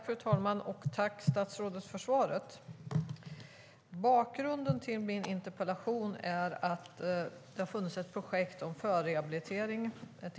Fru talman! Tack, statsrådet, för svaret. Bakgrunden till min interpellation är att det har funnits ett EU-projekt om förrehabilitering.